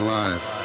life